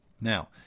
Now